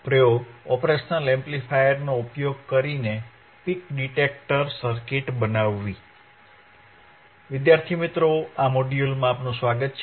પ્રયોગ ઓપરેશનલ એમ્પ્લિફાયરનો ઉપયોગ કરીને પીક ડીટેકટર સરકીટ બનાવવી આ મોડ્યુલમાં આપનું સ્વાગત છે